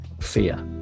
fear